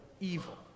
evil